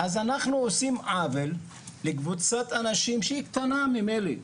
עושים עוול לקבוצת אנשים שהיא קטנה ממילא.